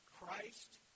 Christ